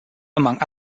among